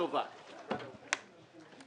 מאוד חשוב להביא את זה בשבוע האחרון של